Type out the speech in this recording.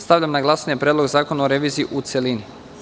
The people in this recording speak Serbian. Stavljam na glasanje Predlog zakona o reviziji, u celini.